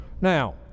Now